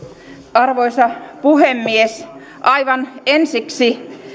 arvoisa puhemies aivan ensiksi